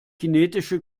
kinetische